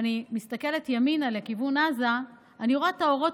ואני מסתכלת ימינה לכיוון עזה אני רואה את האורות